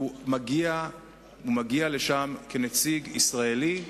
הוא מגיע לשם כנציג ישראלי,